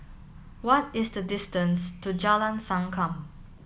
what is the distance to Jalan Sankam